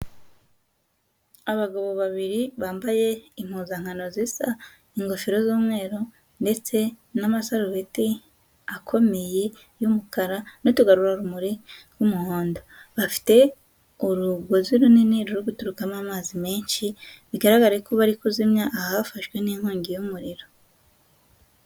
Abagabo babiri bambaye impuzankano zisa, ingofero z'umweru ndetse n'amasarobeti akomeye y'umukara, n'utugarurarumuri tw'umuhondo, bafite urugozi runini ruri guturukamo amazi menshi, bigaragare ko bari kuzimya ahafashwe n'inkongi y'umuriro.